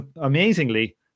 amazingly